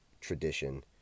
tradition